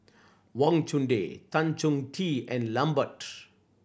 Wang Chunde Tan Chong Tee and Lambert